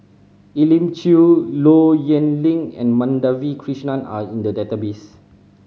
Elim Chew Low Yen Ling and Madhavi Krishnan are in the database